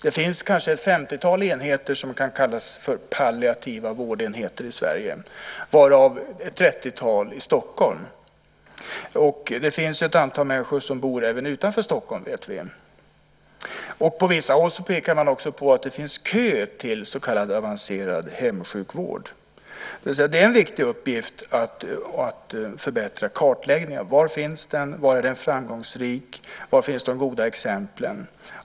Det finns kanske ett femtiotal enheter som kan kallas för palliativa vårdenheter i Sverige, varav ett trettiotal i Stockholm. Det finns ett antal människor som bor utanför Stockholm, vet vi. På vissa håll pekar man på att det är kö till så kallad avancerad hemsjukvård. Det är en viktig uppgift att förbättra kartläggningen. Var finns det vård? Var är den framgångsrik? Var finns de goda exemplen?